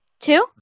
Two